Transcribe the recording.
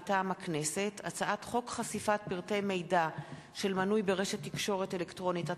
מטעם הכנסת: הצעת חוק חשיפת פרטי מידע של מנוי ברשת תקשורת אלקטרונית,